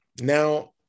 Now